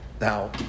Now